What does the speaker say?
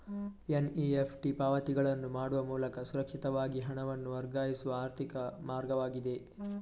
NEFT ಪಾವತಿಗಳನ್ನು ಮಾಡುವ ಮೂಲಕ ಸುರಕ್ಷಿತವಾಗಿ ಹಣವನ್ನು ವರ್ಗಾಯಿಸುವ ಆರ್ಥಿಕ ಮಾರ್ಗವಾಗಿದೆ